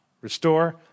restore